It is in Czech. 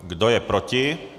Kdo je proti?